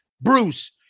Bruce